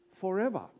forever